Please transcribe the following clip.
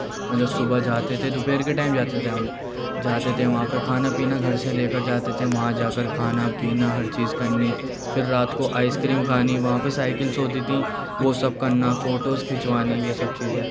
مطلب صبح جاتے تھے دوپہر کے ٹائم جاتے تھے ہم جاتے تھے وہاں پہ کھانا پینا گھر سے لے کر جاتے تھے وہاں جا کر کھانا پینا ہر چیز کرنی پھر رات کو آئس کریم کھانی وہاں پر سائکلس ہوتی تھیں وہ سب کرنا فوٹوز کھنچوانے یہ سب چیزیں